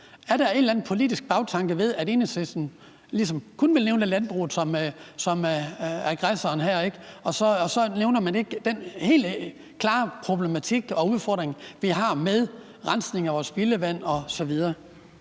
anden politisk bagtanke ved, at Enhedslisten ligesom kun vil nævne landbruget som aggressoren her, samtidig med at man ikke nævner den helt klare problematik og udfordring, vi har med rensning af vores spildevand osv.?